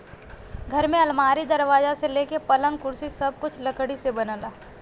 घर में अलमारी, दरवाजा से लेके पलंग, कुर्सी सब कुछ लकड़ी से बनला